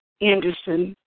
Anderson